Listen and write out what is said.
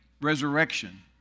resurrection